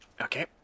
Okay